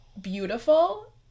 beautiful